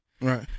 Right